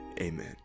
Amen